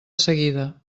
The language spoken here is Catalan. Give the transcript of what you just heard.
seguida